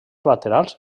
laterals